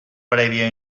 prèvia